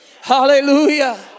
hallelujah